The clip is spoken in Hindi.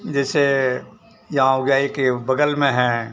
जैसे यहाँ हो गया एक बगल में हैं